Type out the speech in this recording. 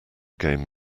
game